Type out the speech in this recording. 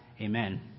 Amen